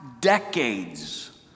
decades